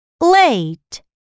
late